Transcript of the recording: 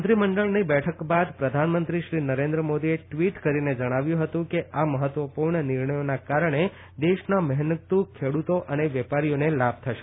મંત્રી મંડળની બેઠક બાદ પ્રધાનમંત્રી શ્રી નરેન્દ્ર મોદીએ ટવીટ કરીને જણાવ્યું હતું કે આ મહત્વપુર્ણ નિર્ણયોના કારણે દેશના મહેનતું ખેડ઼તો અને વેપારીઓને લાભ થશે